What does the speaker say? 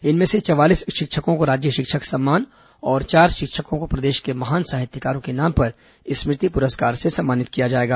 इनमें से चवालीस शिक्षकों को राज्य शिक्षक सम्मान और चार शिक्षकों को प्रदेश के महान साहित्यकारों के नाम पर स्मृति पुरस्कार से सम्मानित किया जाएगा